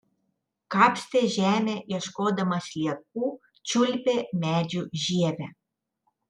kapstė žemę ieškodama sliekų čiulpė medžių žievę